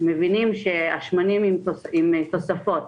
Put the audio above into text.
מבינים שהשמנים עם תוספות,